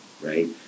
right